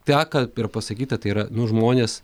teka ir pasakyta tai yra nu žmonės